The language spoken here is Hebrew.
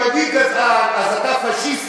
אם אני גזען אז אתה פאשיסט.